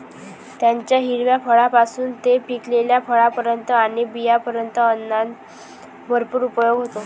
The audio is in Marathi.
त्याच्या हिरव्या फळांपासून ते पिकलेल्या फळांपर्यंत आणि बियांपर्यंत अन्नात भरपूर उपयोग होतो